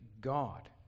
God